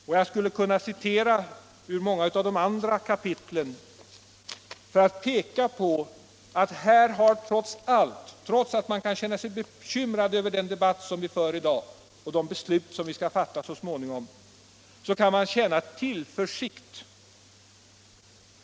Och jag skulle kunna citera ur många av de andra kapitlen för att peka på att trots att man kan vara bekymrad över den debatt som vi för i dag och det beslut som vi skall fatta så småningom, kan man känna tillförsikt.